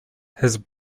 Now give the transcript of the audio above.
his